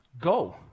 Go